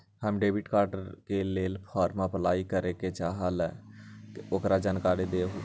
हम debit card के लेल फॉर्म अपलाई करे के चाहीं ल ओकर जानकारी दीउ?